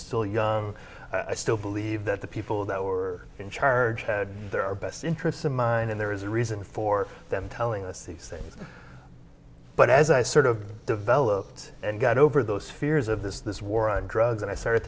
still young i still believe that the people that were in charge had their our best interests in mind and there is a reason for them telling us these things but as i sort of developed and got over those fears of this war on drugs and i started